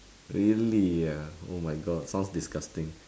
really ah oh my god sounds disgusting